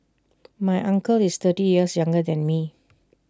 my uncle is thirty years younger than me